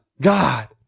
God